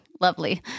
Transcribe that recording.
lovely